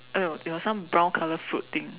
eh no it was some brown color fruit thing